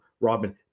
Robin